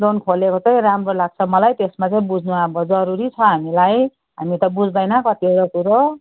loan खोलेको चाहिँ राम्रो लाग्छ मलाई त्यसमा चाहिँ बुझ्नु अब जरुरी छ हामीलाई हामी त बुझ्दैन कतिवटा कुरो